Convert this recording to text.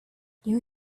you